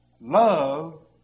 Love